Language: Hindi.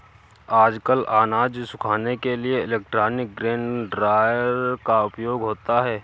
आजकल अनाज सुखाने के लिए इलेक्ट्रॉनिक ग्रेन ड्रॉयर का उपयोग होता है